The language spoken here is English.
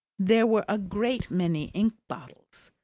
there were a great many ink bottles.